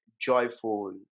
joyful